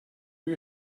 you